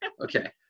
Okay